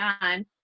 on